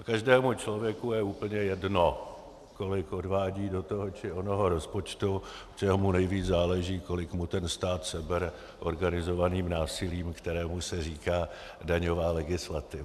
A každému člověku je úplně jedno, kolik odvádí do toho či onoho rozpočtu, protože mu nejvíc záleží na tom, kolik mu stát sebere organizovaným násilím, kterému se říká daňová legislativa.